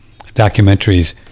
documentaries